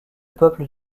peuple